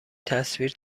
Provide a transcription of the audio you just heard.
تصویر